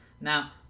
Now